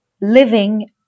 living